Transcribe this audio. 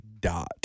dot